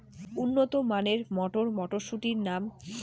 উন্নত মানের মটর মটরশুটির নাম?